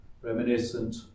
reminiscent